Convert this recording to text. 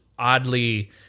oddly